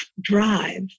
drive